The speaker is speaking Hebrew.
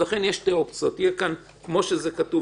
לכן יש שתי אופציות: יהיה כמו שזה כתוב